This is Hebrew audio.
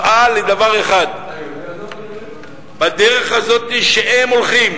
והדרך הזאת מראה דבר אחד: בדרך הזאת שהם הולכים,